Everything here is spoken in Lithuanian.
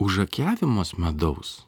užakiavimas medaus